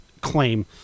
claim